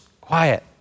quiet